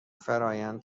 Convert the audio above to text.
فرآیند